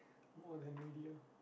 more than ready ah